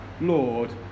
Lord